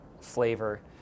flavor